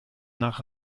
nach